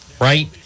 Right